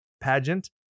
pageant